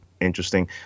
interesting